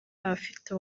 abafite